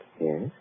Yes